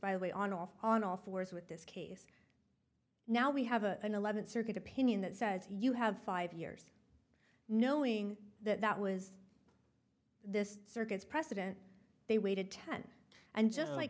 way on off on all fours with this case now we have a an eleventh circuit opinion that says you have five years knowing that that was this circuit's precedent they waited ten and just like